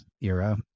era